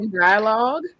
dialogue